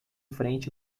frente